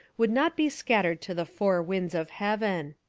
would not be scattered to the four winds of heaven.